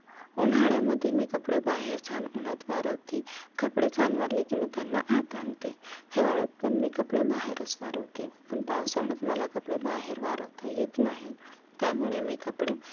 उन्हाळ्यामधे मी कपडे बाहेर छान उन्हात वाळवते कपडे छान वाळले की मग त्यांना आत आणते हिवाळ्यात पण मी कपडे बाहेरच वाळवते पण पावसाळ्यात मला कपडे बाहेर वाळवता येत नाही त्यामुळे मी कपडे